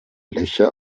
löcher